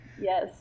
Yes